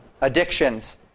addictions